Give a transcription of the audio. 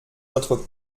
notre